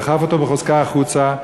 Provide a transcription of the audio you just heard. דחף אותו בחוזקה החוצה.